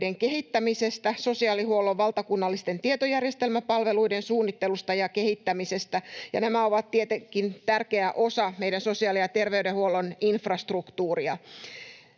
kehittämisestä, sosiaalihuollon valtakunnallisten tietojärjestelmäpalveluiden suunnittelusta ja kehittämisestä, ja nämä ovat tietenkin tärkeä osa meidän sosiaali- ja terveydenhuollon infrastruktuuria.